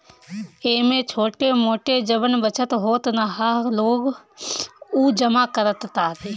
एमे छोट मोट जवन बचत होत ह लोग उ जमा करत तारे